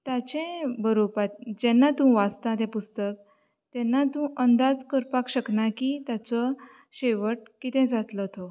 ताचें बरोवपाच जेन्ना तूं वाचता तें पुस्तक तेन्ना तूं अंदाज कोरपाक शकना की ताचो शेवट कितें जातलो तो